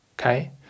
okay